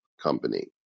company